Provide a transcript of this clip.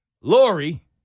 Lori